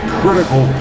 critical